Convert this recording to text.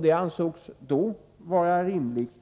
Det ansågs då vara rimligt.